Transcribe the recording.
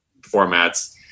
formats